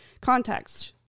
context